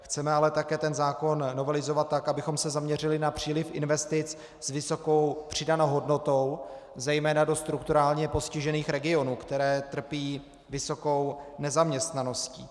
Chceme ale také ten zákon novelizovat tak, abychom se zaměřili na příliv investic s vysokou přidanou hodnotou zejména do strukturálně postižených regionů, které trpí vysokou nezaměstnaností.